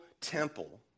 temple